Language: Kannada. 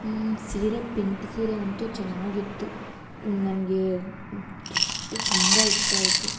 ಸೀರೆ ಪಿಂಕ್ ಸೀರೆ ಅಂತೂ ಚೆನ್ನಾಗಿತ್ತು ನನಗೆ ಎಷ್ಟು ತುಂಬ ಇಷ್ಟ ಆಯಿತು